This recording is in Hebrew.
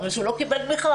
אבל כשהוא לא קיבל תמיכה,